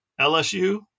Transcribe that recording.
LSU